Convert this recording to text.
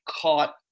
caught